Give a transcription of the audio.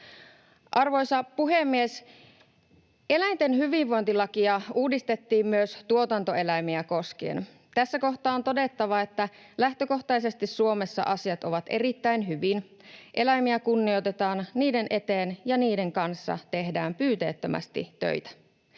Arvoisa puhemies! Eläinten hyvinvointilakia uudistettiin myös tuotantoeläimiä kos-kien. Tässä kohtaa on todettava, että lähtökohtaisesti Suomessa asiat ovat erittäin hyvin. Eläimiä kunnioitetaan, niiden eteen ja niiden kanssa tehdään pyyteettömästi töitä.